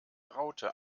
raute